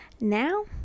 Now